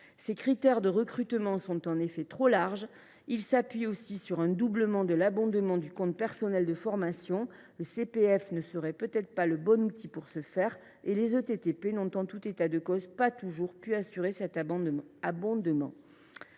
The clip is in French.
Ses critères de recrutement sont en effet trop larges. Il s’appuie aussi sur un doublement de l’abondement du compte personnel de formation. Le CPF ne serait peut être pas le bon outil pour ce faire, et les ETTP n’ont en tout état de cause pas toujours pu assurer cet abondement.